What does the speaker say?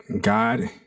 God